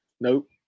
Nope